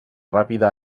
ràpida